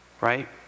right